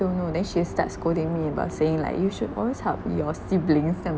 don't know then she start scolding me about saying like you should always help your siblings then I'm